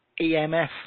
EMF